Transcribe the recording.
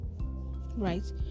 Right